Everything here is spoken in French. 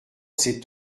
cet